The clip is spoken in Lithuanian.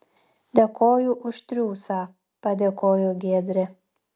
dėkoju už triūsą padėkojo giedrė